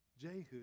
Jehu